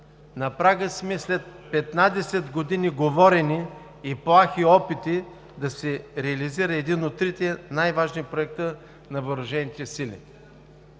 На прага сме, след 15 години говорене и плахи опити, да се реализира един от трите най-важни проекта на въоръжените сили.